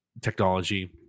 technology